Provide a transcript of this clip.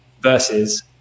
Versus